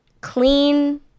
clean